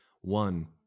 One